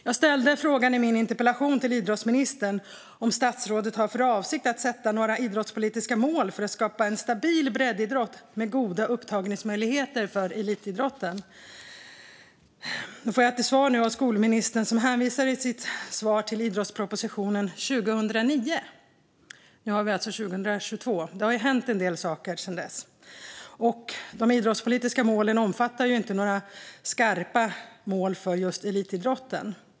Jag ställde frågan i min interpellation till idrottsministern om statsrådet har för avsikt att sätta några idrottspolitiska mål för att skapa en stabil breddidrott med goda upptagningsmöjligheter för elitidrotten. Nu får jag svar av skolministern. Hon hänvisar i sitt svar till idrottspropositionen 2009. Nu har vi 2022. Det har hänt en hel del saker sedan dess. De idrottspolitiska målen omfattar inte några skarpa mål för just elitidrotten.